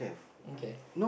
okay